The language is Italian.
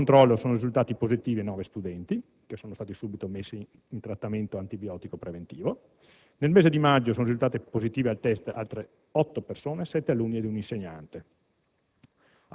Al primo controllo sono risultati positivi 9 studenti, che sono stati subito messi in trattamento antibiotico preventivo. Nel mese di maggio sono risultate positive al *test* altre 8 persone, 7 alunni ed un insegnante;